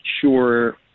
sure